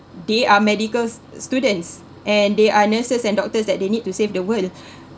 they are medical students and they are nurses and doctors that they need to save the world